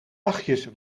achtjes